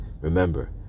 Remember